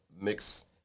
mix